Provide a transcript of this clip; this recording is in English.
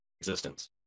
existence